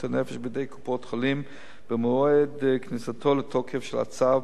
הנפש בידי קופות-החולים במועד כניסתו לתוקף של הצו,